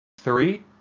Three